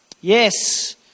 Yes